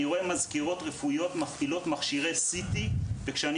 אני רואה מזכירות רפואיות מפעילות מכשירי CT. כשאני